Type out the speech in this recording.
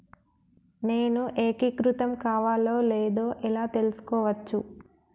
నేను ఏకీకృతం కావాలో లేదో ఎలా తెలుసుకోవచ్చు?